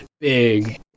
big